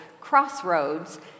Crossroads